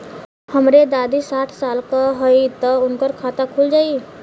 हमरे दादी साढ़ साल क हइ त उनकर खाता खुल जाई?